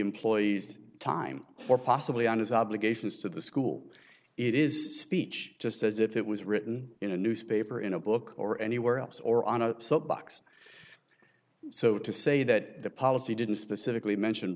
employees time or possibly on his obligations to the school it is speech just as if it was written in a newspaper in a book or anywhere else or on a soapbox so to say that the policy didn't specifically mention